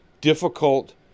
difficult